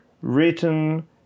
written